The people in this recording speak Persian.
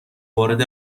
وارد